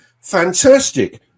Fantastic